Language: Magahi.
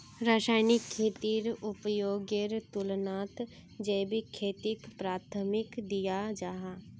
रासायनिक खेतीर उपयोगेर तुलनात जैविक खेतीक प्राथमिकता दियाल जाहा